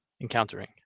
encountering